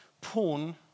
Porn